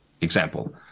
Example